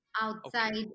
outside